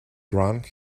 drunk